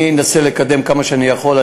אני אנסה לקדם כמה שאני יכול.